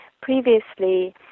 Previously